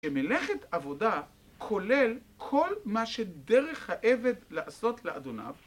כמלכאת עבודה כולל כל מה שדרך העבד לעשות לאדוניו